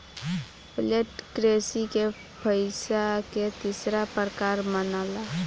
flat currency के पइसा के तीसरा प्रकार मनाला